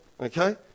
okay